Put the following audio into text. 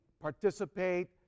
participate